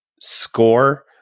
score